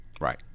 right